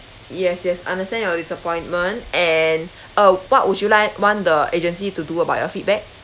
yes yes understand your disappointment and uh what would you like want the agency to do about your feedback